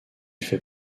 fait